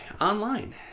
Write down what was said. online